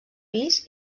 pis